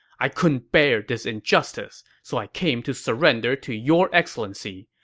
i couldn't bear this injustice, so i came to surrender to your excellency.